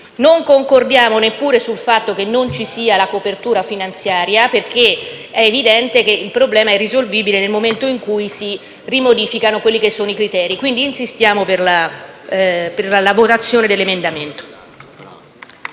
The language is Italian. Non concordiamo neppure sul fatto che non ci sia la copertura finanziaria, perché evidentemente il problema è risolvibile nel momento in cui si modificano i criteri. Insistiamo quindi per la votazione dell'emendamento.